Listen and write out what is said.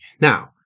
Now